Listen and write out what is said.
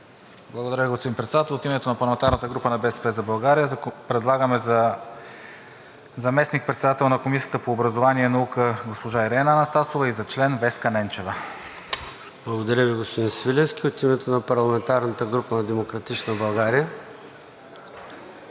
Благодаря, господин Председател. От името на парламентарната група на „БСП за България“ предлагаме за заместник-председател на Комисията по образование и наука госпожа Ирена Анастасова и за член Веска Ненчева. ПРЕДСЕДАТЕЛ ЙОРДАН ЦОНЕВ: Благодаря Ви, господин Свиленски. От името на парламентарната група на „Демократична България“?